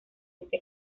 este